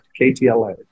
KTLA